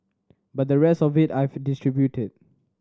but the rest of it I've distributed